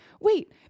wait